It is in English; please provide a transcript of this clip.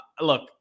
look